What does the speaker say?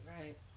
right